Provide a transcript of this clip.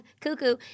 cuckoo